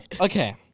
okay